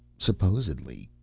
supposedly.